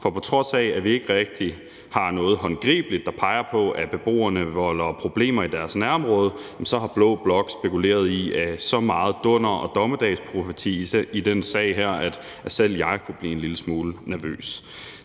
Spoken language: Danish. for på trods af at vi ikke rigtig har noget håndgribeligt, der peger på, at beboerne volder problemer i deres nærområde, har blå blok spekuleret i så meget dunder og dommedagsprofeti i den sag her, at selv jeg kunne blive en lille smule nervøs.